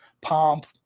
pomp